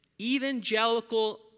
evangelical